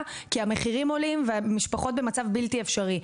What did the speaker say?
כי המחירים עולים והמשפחות במצב בלתי אפשרי.